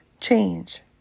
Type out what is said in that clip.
change